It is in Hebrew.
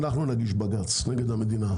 אנחנו נגיש בג"ץ נגד המדינה,